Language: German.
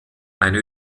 eine